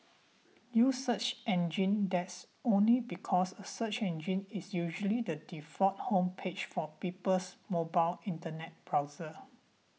use search engines that's only because a search engine is usually the default home page for people's mobile internet browser